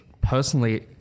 personally